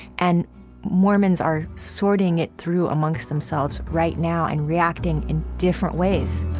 and mormons are sorting it through amongst themselves right now and reacting in different ways